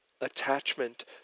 attachment